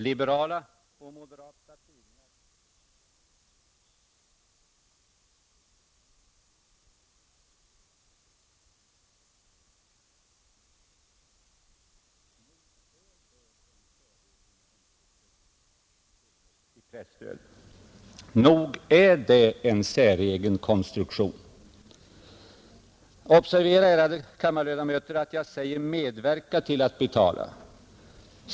Liberala och moderata tidningar får medverka till att betala — om man tar hänsyn till hela effekten — 20 miljoner kronor i presstöd och socialdemokratiska och centerpartistiska tidningar får ta emot 20 miljoner kronor i presstöd. Nog är det en säregen konstruktion. Observera, ärade kammarledamöter, att jag säger ”medverka till att betala”.